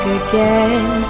again